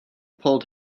pulled